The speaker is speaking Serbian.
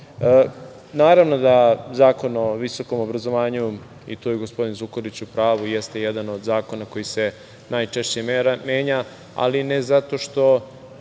doro. Naravno, da Zakon o visokom obrazovanju, i tu je gospodin Zukorlić u pravu, jeste jedan od zakona koji se najčešće menja, ali ne zato što